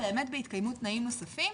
באמת בהתקיימות תנאים נוספים,